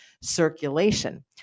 Circulation